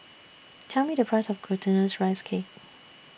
Tell Me The Price of Glutinous Rice Cake